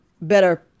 better